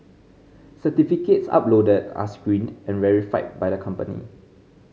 certificates uploaded are screened and verified by the company